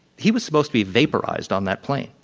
he was supposed to be vaporized on that plane.